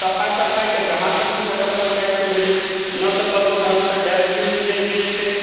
सफाइ तफाइ के जहाँ तक भी नगर पञ्चायत के भेलै ने तऽ कतौ ढङ्गसँ डस्टबीन देल गेल छै